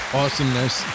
awesomeness